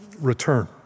return